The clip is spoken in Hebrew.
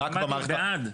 אני אמרתי בעד.